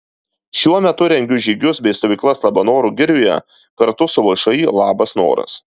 šiuo metu rengiu žygius bei stovyklas labanoro girioje kartu su všį labas noras